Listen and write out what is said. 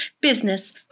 business